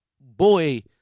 boy